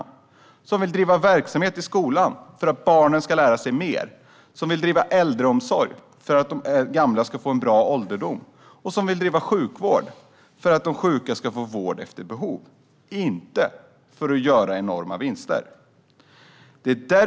Vi vill se aktörer som vill driva verksamhet i skolan för att barnen ska lära sig mer, som vill driva äldreomsorg för att de gamla ska få en bra ålderdom och som vill driva sjukvård för att de sjuka ska få vård efter behov - inte aktörer som vill göra enorma vinster.